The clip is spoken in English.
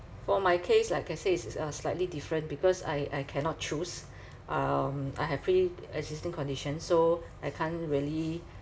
for my case like I say it's uh slightly different because I I cannot choose um I have pre-existing condition so I can't really